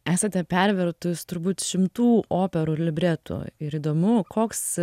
esate pervertus turbūt šimtų operų libretų ir įdomu koks